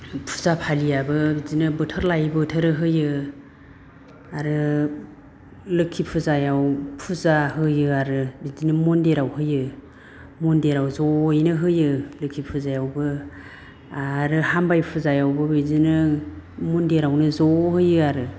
फुजा फालियाबो बिदिनो बोथोर लायै बोथोर होयो आरो लोखि फुजायाव फुजा होयो आरो बिदिनो मन्दिराव होयो मन्दिराव जयैनो होयो लोखि फुजायावबो आरो हामबाय फुजायावबो बिदिनो मन्दिरावनो ज होयो आरो